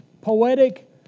Poetic